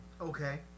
Okay